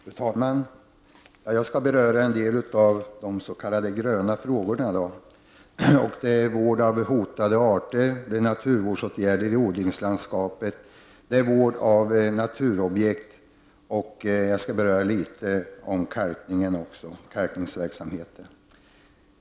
Fru talman! Jag skall beröra en del av de s.k. gröna frågorna. Det gäller vård av hotade arter, naturvårdsåtgärder i odlingslandskapet och vård av naturobjekt. Jag skall även något beröra kalkningsverksamheten.